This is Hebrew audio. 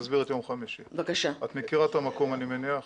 את מכירה את המקום, אני מניח.